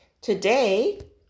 Today